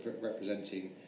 representing